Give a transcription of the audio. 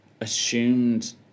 assumed